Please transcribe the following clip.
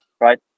right